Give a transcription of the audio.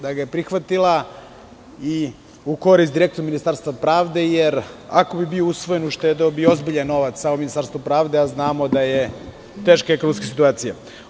Da ga je prihvatila i u korist Ministarstva pravde i ako bi bio usvojen uštedeo bi ozbiljan novac Ministarstva pravde, a znamo da je teška ekonomska situacija.